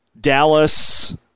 Dallas